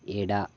ಎಡ